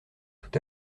tout